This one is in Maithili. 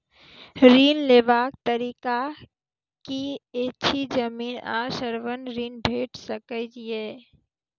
ऋण लेवाक तरीका की ऐछि? जमीन आ स्वर्ण ऋण भेट सकै ये?